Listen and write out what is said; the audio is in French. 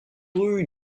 rue